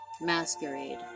masquerade